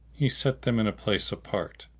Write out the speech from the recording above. he set them in a place apart.